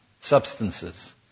substances